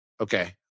Okay